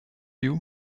you